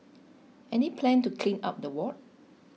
any plan to clean up the ward